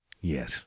Yes